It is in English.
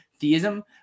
theism